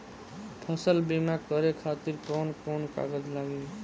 फसल बीमा करे खातिर कवन कवन कागज लागी?